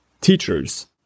teachers